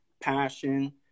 Passion